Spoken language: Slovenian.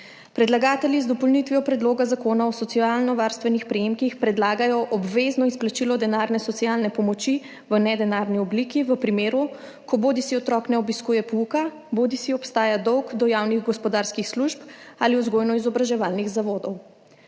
Predlagatelji z dopolnitvijo predloga zakona o socialno varstvenih prejemkih predlagajo obvezno izplačilo denarne socialne pomoči v nedenarni obliki v primeru, ko bodisi otrok ne obiskuje pouka bodisi obstaja dolg do javnih gospodarskih služb ali vzgojno-izobraževalnih zavodov.